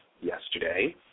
yesterday